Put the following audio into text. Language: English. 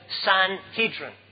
Sanhedrin